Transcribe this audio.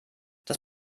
das